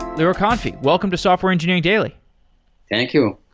lior kanfi, welcome to software engineering daily thank you.